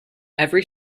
every